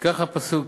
וכך הפסוק: